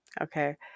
okay